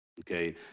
okay